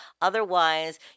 otherwise